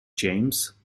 james